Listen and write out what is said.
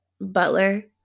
butler